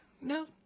no